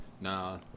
Nah